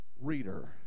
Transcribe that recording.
reader